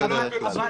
זה לא פרסונלי.